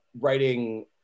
writing